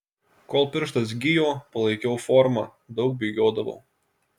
kol pirštas gijo palaikiau formą daug bėgiodavau